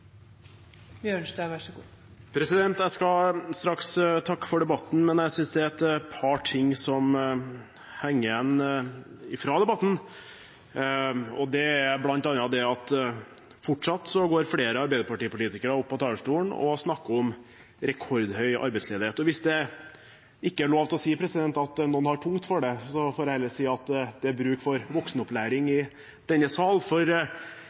det at fortsatt går flere arbeiderpartipolitikere opp på talerstolen og snakker om rekordhøy arbeidsledighet. Hvis det ikke er lov til å si at noen har tungt for det, får jeg heller si at det er bruk for voksenopplæring i denne sal. For